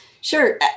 sure